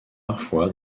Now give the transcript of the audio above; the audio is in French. parfois